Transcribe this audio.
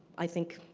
i think,